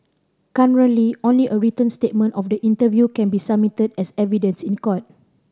currently only a written statement of the interview can be submitted as evidence in court